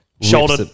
Shoulder